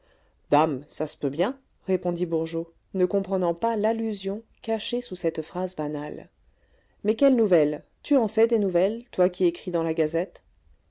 dame ça se peut bien répondit bourgeot ne comprenant pas l'allusion cachée sous cette phrase banale mais quelles nouvelles tu en sais des nouvelles toi qui écris dans la gazette